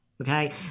Okay